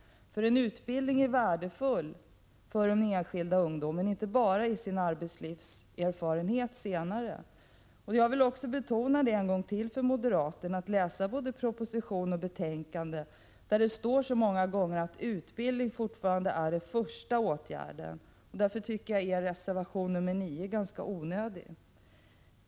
En utbildning är nämligen värdefull för de enskilda ungdomarna, inte bara för deras arbetslivserfarenhet senare. Jag vill än en gång uppmana moderaterna att läsa både propositionen och betänkandet, där det på flera ställen står att utbildning fortfarande är den första åtgärden. Därför är er reservation 9 ganska onödig.